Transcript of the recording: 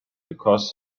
because